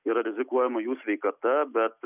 yra rizikuojama jų sveikata bet